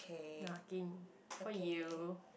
nah 给你 for you